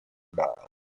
dial